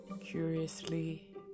curiously